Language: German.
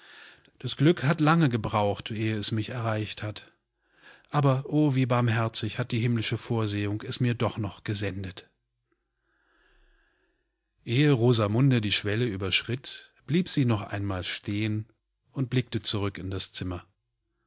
das glück hat lange zeit gebraucht ehe es mich erreicht hat aber o wie barmherzighatdiehimmlischevorsehungesmirdochnochgesendet ehe rosamunde die schwelle überschritt blieb sie noch einmal stehen und blickte zurück in das zimmer